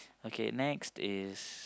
okay next is